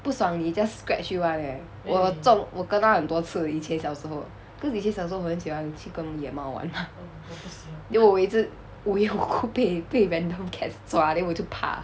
不爽你 just scratch you [one] eh 我种我 kena 很多次了以前小时候 cause 以前小时候很喜欢去跟野猫完 then 我一直我院我姑被被 random cats 抓 then 我就怕